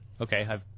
okay